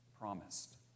promised